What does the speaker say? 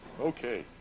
Okay